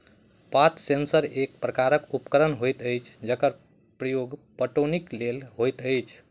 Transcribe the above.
पात सेंसर एक प्रकारक उपकरण होइत अछि जकर प्रयोग पटौनीक लेल होइत अछि